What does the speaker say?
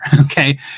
Okay